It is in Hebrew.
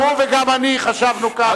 גם הוא וגם אני חשבנו כך.